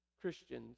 Christians